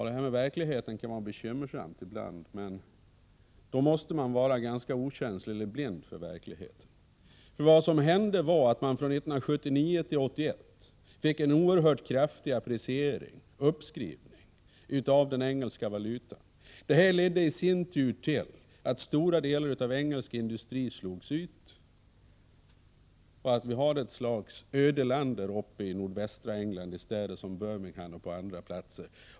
Det här med verkligheten kan vara bekymmersamt ibland, men för att påstå någonting sådant måste man vara ganska okänslig eller blind för vad som sker. Från 1979 till 1981 skedde en oerhört kraftig appreciering, uppskrivning, av den engelska valutan. Det ledde i sin tur till att stora delar av engelsk industri slogs ut. Nordvästra England är nu ett slags ödeland, i städer som Birmingham och på andra platser.